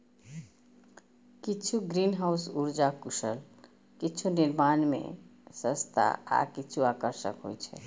किछु ग्रीनहाउस उर्जा कुशल, किछु निर्माण मे सस्ता आ किछु आकर्षक होइ छै